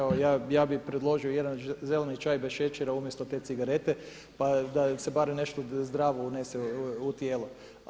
Evo ja bih predložio jedan zeleni čaj bez šećera umjesto te cigarete, pa da se barem nešto zdravo unese u tijelo.